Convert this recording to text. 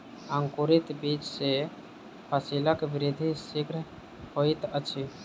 अंकुरित बीज सॅ फसीलक वृद्धि शीघ्र होइत अछि